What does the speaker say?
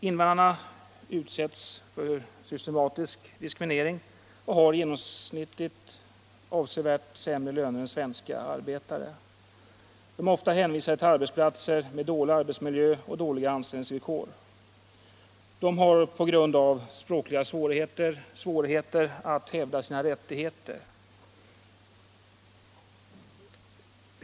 Invandrarna utsätts för systematisk disktriminering och har genomsnittligt avsevärt sämre löner än svenska arbetare. De är ofta hänvisade till arbetsplatser med undermålig arbetsmiljö och dåliga anställningsvillkor. De har på grund av bristande språkkunskaper svårt att hävda sina rättigheter.